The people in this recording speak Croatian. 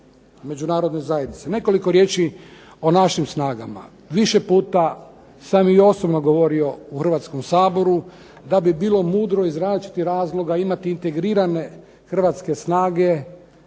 međunarodne zajednice. Nekoliko riječi o našim snagama. Više puta sam i osobno govorio u Hrvatskom saboru da bi bilo mudro iz različitih razloga imati integrirane hrvatske snage,